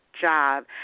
job